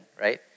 right